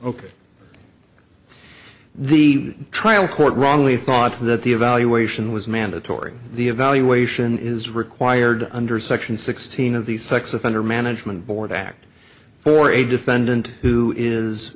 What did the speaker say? ok the trial court wrongly thought that the evaluation was mandatory the evaluation is required under section sixteen of the sex offender management board act for a defendant who is